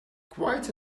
quite